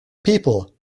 people